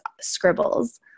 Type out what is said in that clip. scribbles